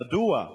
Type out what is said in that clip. מדוע?